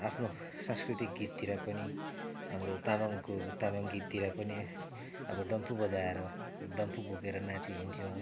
आफ्नो सांस्कृतिक गीततिर पनि हाम्रो तामाङको तामाङ गीततिर पनि अब डम्फु बजाएर डम्फु बोकेर नाँचि हिँड्थ्यौँ